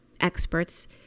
experts